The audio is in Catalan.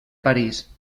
parís